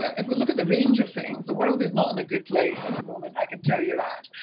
if we look at the range of things, the world is not in a good place at the moment, i can tell you that